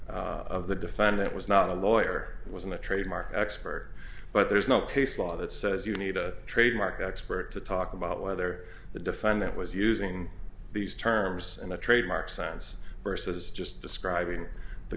witness of the defendant was not a lawyer was in a trademark expert but there's no case law that says you need a trademark expert to talk about whether the defendant was using these terms in a trademark science versus just describing the